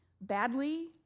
badly